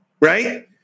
Right